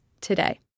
today